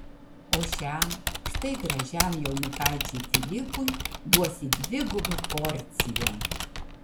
o šiam štai gražiam jaunikaičiui filipui duosi dvigubą porciją